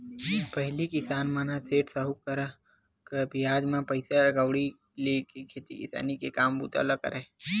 पहिली किसान मन ह सेठ, साहूकार करा ले बियाज म पइसा कउड़ी लेके खेती किसानी के काम बूता ल करय